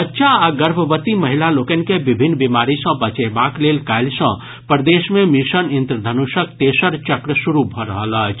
बच्चा आ गर्भवती महिला लोकनि के विभिन्न बीमारी सँ बचेबाक लेल काल्हि सँ प्रदेश मे मिशन इंद्रधनुषक तेसर चक्र शुरू भऽ रहल अछि